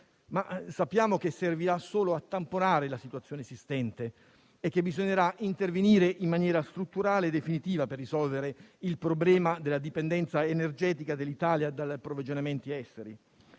ma sappiamo che servirà solo a tamponare la situazione esistente e che bisognerà intervenire in maniera strutturale e definitiva per risolvere il problema della dipendenza energetica dell'Italia dagli approvvigionamenti esteri.